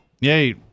yay